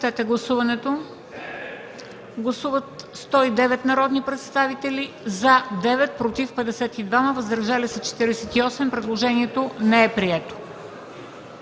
на гласуване. Гласували 118 народни представители: за 30, против 76, въздържали се 12. Предложението не е прието.